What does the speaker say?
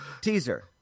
teaser